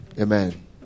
Amen